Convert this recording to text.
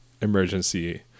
emergency